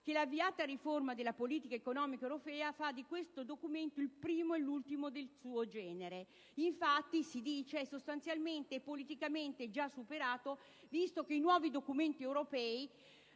che l'avviata riforma della politica economica europea fa di questo documento «il primo e l'ultimo del suo genere»: difatti, esso «è (...) sostanzialmente e politicamente superato», visto che i nuovi documenti europei